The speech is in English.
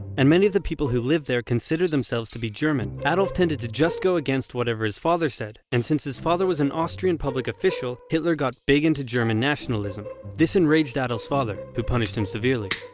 and many of the people who lived there considered themselves to be german. adolph tended to just go against whatever his father said and since his father was an austrian public official, hitler got big into german nationalism. this enraged adolph's father, who punished him severely.